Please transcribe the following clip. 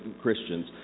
Christians